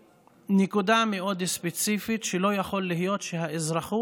מנקודה מאוד ספציפית, שלא יכול להיות שהאזרחות